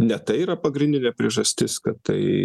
ne tai yra pagrindinė priežastis kad tai